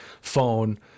phone